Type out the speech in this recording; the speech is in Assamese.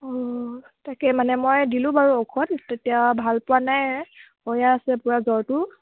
অ তাকে মানে মই দিলোঁ বাৰু ঔষধ তেতিয়া ভাল পোৱা নাই হৈয়ে আছে পুৰা জ্বৰটো